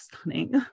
stunning